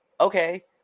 okay